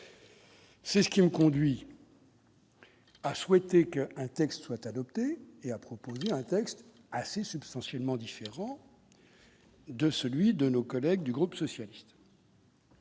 C'est ce qui me conduit. à souhaiter qu'un texte soit adopté et a proposé un texte assez substantiellement différent de celui de nos collègues du groupe socialiste.